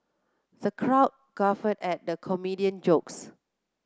the crowd guffawed at the comedian jokes